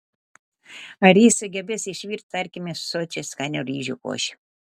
ar jis sugebės išvirti tarkime sočią skanią ryžių košę